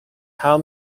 how